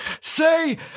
say